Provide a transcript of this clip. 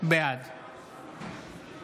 בעד